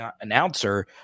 announcer